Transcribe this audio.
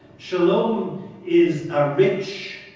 shalom is a rich,